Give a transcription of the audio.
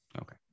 Okay